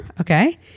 Okay